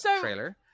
trailer